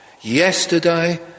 yesterday